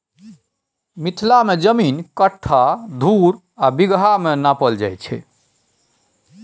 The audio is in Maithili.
मिथिला मे जमीन कट्ठा, धुर आ बिगहा मे नापल जाइ छै